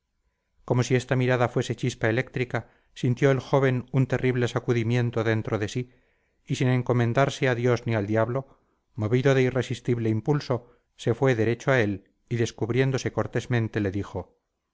como si esta mirada fuese chispa eléctrica sintió el joven un terrible sacudimiento dentro de sí y sin encomendarse a dios ni al diablo movido de irresistible impulso se fue derecho a él y descubriéndose cortésmente le dijo